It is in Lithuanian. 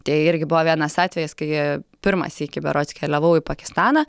tai irgi buvo vienas atvejis kai pirmą sykį berods keliavau į pakistaną